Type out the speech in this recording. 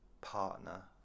partner